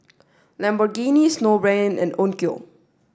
Lamborghini Snowbrand and Onkyo